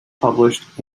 published